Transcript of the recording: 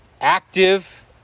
active